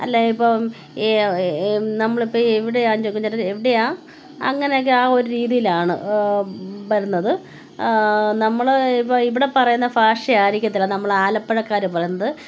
അല്ലെങ്കിൽ ഇപ്പം നമ്മൾ ഇപ്പം എവിടെയാണ് ചോദിക്കും ചിലർ എവിടെയാണ് അങ്ങനെയൊക്കെ ആ ഒരു രീതിയിലാണ് വരുന്നത് നമ്മൾ ഇപ്പോൾ ഇവിടെ പറയുന്ന ഭാഷ ആയിരിക്കത്തില്ല നമ്മൾ ആലപ്പുഴക്കാർ പറയുന്നത്